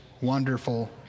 wonderful